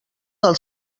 del